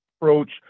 approach